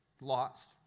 lost